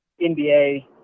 NBA